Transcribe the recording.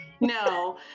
No